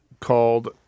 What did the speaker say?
called